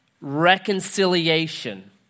reconciliation